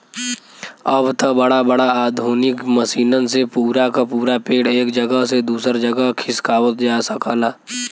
अब त बड़ा बड़ा आधुनिक मसीनन से पूरा क पूरा पेड़ एक जगह से दूसर जगह खिसकावत जा सकला